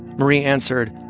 marie answered,